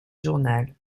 journal